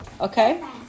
Okay